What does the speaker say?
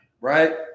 right